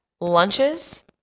Lunches